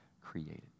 created